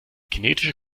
kinetische